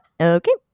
Okay